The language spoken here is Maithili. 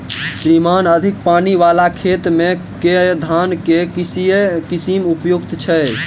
श्रीमान अधिक पानि वला खेत मे केँ धान केँ किसिम उपयुक्त छैय?